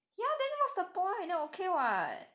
ya then what's the point then okay [what]